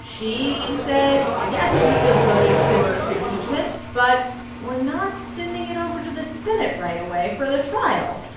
she said, yes, we just voted for impeachment, but we're not sending it over to the senate right away for the trial.